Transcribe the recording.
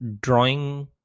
drawing